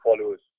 followers